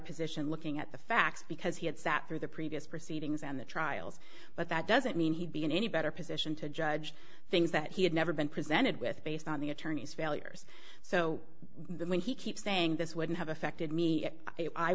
position looking at the facts because he had sat through the previous proceedings and the trials but that doesn't mean he'd be in any better position to judge things that he had never been presented with based on the attorney's failures so when he keeps saying this wouldn't have affected me i